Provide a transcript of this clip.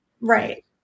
Right